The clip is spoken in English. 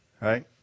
Right